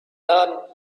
learn